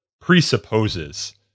presupposes